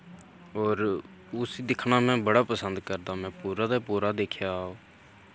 और उस्सी दिक्खना में बड़ा पसंद करदा में पूरा दा पूरा दिक्खेया ओह्